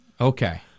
Okay